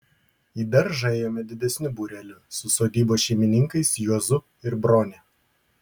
į daržą ėjome didesniu būreliu su sodybos šeimininkais juozu ir brone